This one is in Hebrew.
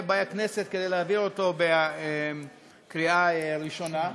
באי הכנסת כדי להעביר אותו בקריאה ראשונה.